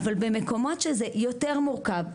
אבל במקומות שזה יותר מורכב,